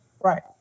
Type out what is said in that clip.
Right